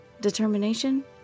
Determination